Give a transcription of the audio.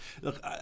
look